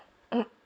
mm